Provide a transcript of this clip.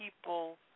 people